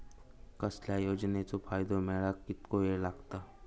कसल्याय योजनेचो फायदो मेळाक कितको वेळ लागत?